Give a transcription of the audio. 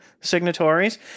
signatories